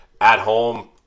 at-home